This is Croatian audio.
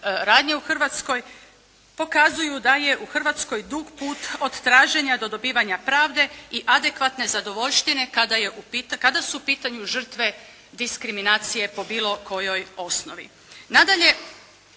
radnje u Hrvatskoj pokazuju da je u Hrvatskoj dug put od traženja do dobivanja pravde i adekvatne zadovoljštvine kada su u pitanju žrtve diskriminacije po bilo kojoj osnovi.